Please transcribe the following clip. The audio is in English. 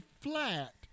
flat